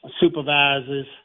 Supervisors